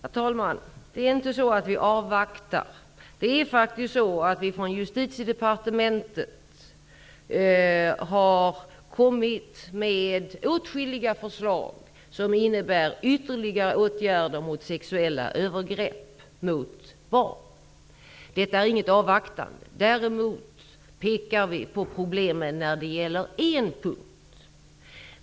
Herr talman! Det är inte så att vi avvaktar. Vi har från Justitiedepartementet lagt fram åtskilliga förslag som innebär ytterligare åtgärder mot sexuella övergrepp mot barn. Detta är inget avvaktande. Däremot pekar vi på problemen när det gäller en punkt.